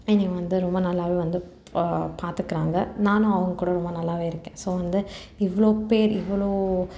என்னையை வந்து ரொம்ப நல்லாவே வந்து பா பார்த்துக்குறாங்க நானும் அவங்ககூட ரொம்ப நல்லாவே இருக்கேன் ஸோ வந்து இவ்வளோ பேர் இவ்வளோ